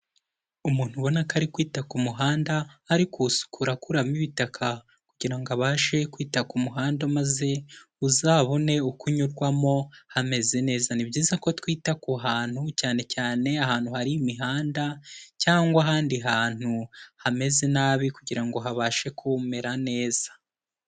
Umuntu ubona ko ari kwita ku muhanda, ari kuwusukura akuramo ibitaka kugira ngo abashe kwita ku muhanda, maze uzabone uko uyurwamo hameze neza, ni byiza ko twita ku hantu cyane cyane ahantu hari imihanda cyangwa ahandi hantu hameze nabi kugira ngo habashe kumera neza.